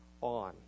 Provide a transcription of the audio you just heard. on